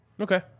Okay